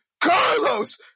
Carlos